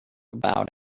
about